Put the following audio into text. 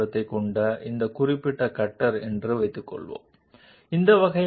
కాబట్టి ముందుగా మనం బాల్ ఎండెడ్ కట్టర్ గురించి ఎందుకు మాట్లాడుతున్నాము